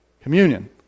Communion